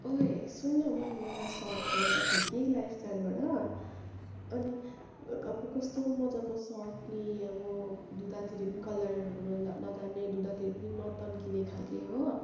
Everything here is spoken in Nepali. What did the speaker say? ओई सुन्न न मैले एउटा सर्ट किनेको थिएँ कि लाइफ स्टाइलबाट अनि अब कस्तो मजाको सर्ट नि अब धुँदाखेरि कलरहरू नजा नजाने धुँदाखेरि पनि नतन्किने खालके हो